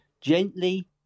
gently